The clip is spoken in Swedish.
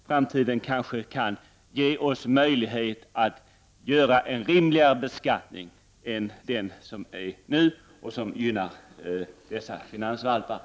Framtiden kanske kan ge oss 28 mars 1990 möjligheten att införa en rimligare beskattning än dagens, vilken, dess värre,